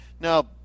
Now